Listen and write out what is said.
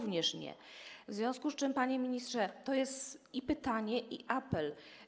W związku z tym, panie ministrze, to jest i pytanie, i apel.